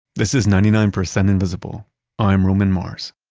this is ninety nine percent invisible i'm roman mars